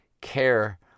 care